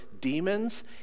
demons